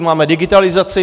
Máme digitalizaci.